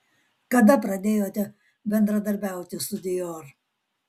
kada pradėjote bendradarbiauti su dior